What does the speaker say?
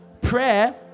Prayer